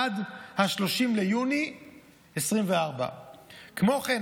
עד 30 ביוני 2024. כמו כן,